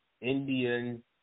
Indian